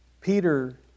Peter